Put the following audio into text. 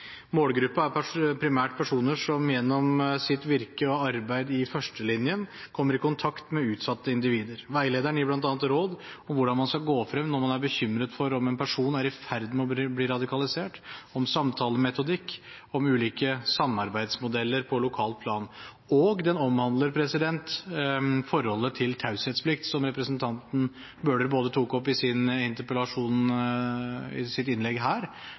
er primært personer som gjennom sitt virke og arbeid i førstelinjen kommer i kontakt med utsatte individer. Veilederen gir bl.a. råd om hvordan man skal gå frem når man er bekymret for om en person er i ferd med å bli radikalisert, om samtalemetodikk og om ulike samarbeidsmodeller på lokalt plan. Den omhandler forholdet til taushetsplikt – som representanten Bøhler tok opp både i sin interpellasjon, i sitt innlegg her,